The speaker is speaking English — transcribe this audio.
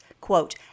quote